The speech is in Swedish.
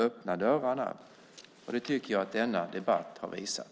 Öppna dörrarna. Det tycker jag att denna debatt har visat.